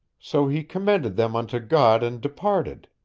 so he commended them unto god and departed.